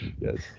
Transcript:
Yes